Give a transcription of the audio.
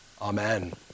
Amen